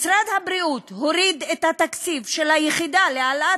משרד הבריאות הוריד את התקציב של היחידה להעלאת